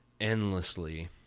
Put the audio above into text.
endlessly